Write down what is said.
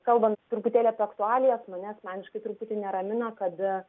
kalbant truputėlį apie aktualijas mane asmeniškai truputį neramina kad